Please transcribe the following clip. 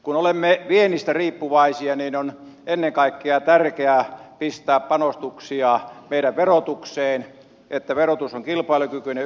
kun olemme viennistä riippuvaisia niin on ennen kaikkea tärkeää pistää panostuksia meidän verotukseemme jotta verotus on kilpailukykyinen yritystoiminnassa